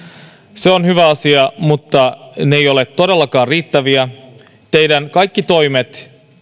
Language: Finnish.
se on hyvä asia mutta ne eivät ole todellakaan riittäviä teidän kaikki toimenne